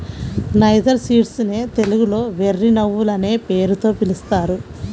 niger seeds నే తెలుగులో వెర్రి నువ్వులనే పేరుతో పిలుస్తారు